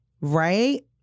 right